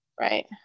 right